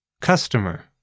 CUSTOMER